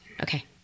Okay